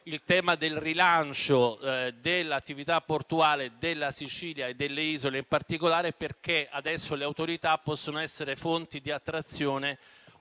il tema del rilancio dell'attività portuale della Sicilia e delle isole in particolare, perché adesso le Autorità possono essere fonte di attrazione,